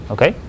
Okay